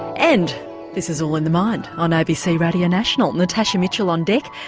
and this is all in the mind on abc radio national, natasha mitchell on deck.